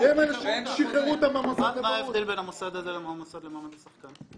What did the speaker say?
מה ההבדל בין המוסד לבוררות למוסד למעמד השחקן?